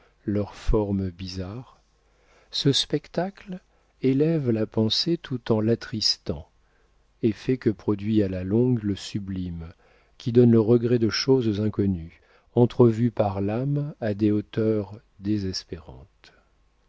leurs formes bizarres ce spectacle élève la pensée tout en l'attristant effet que produit à la longue le sublime qui donne le regret de choses inconnues entrevues par l'âme à des hauteurs désespérantes